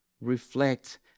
reflect